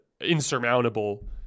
insurmountable